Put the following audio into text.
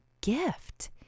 gift